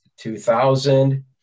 2000